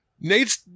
nate's